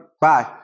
bye